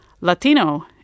Latino